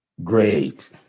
Great